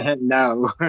no